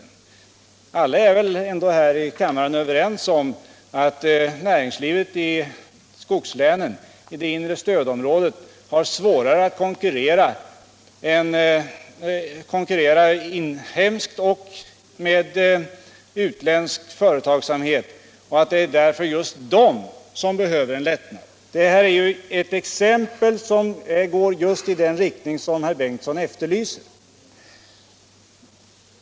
Alla här i kammaren är väl ändå överens om att näringslivet i skogslänen och i det inre stödområdet har svårast att konkurrera inhemskt och med utländsk företagsamhet och att det därför är just den sektorn som behöver få en lättnad. Detta är ett exempel som slår just i den riktning som herr Bengtsson efterlyste.